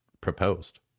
proposed